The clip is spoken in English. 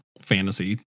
fantasy